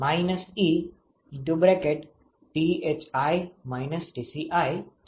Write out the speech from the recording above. તેથી તે 𝜀Thi - Tci થશે